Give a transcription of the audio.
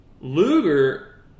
Luger